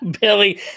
Billy